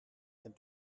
and